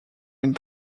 une